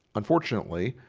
unfortunately,